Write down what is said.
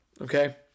okay